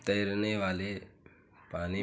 तैरने वाले पानी में